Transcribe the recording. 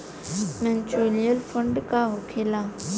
Mutual fund का होखेला?